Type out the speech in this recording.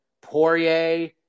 Poirier